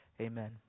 Amen